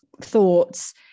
thoughts